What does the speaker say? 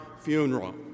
funeral